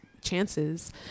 chances